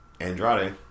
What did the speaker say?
Andrade